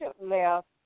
left